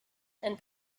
and